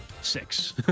Six